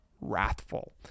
wrathful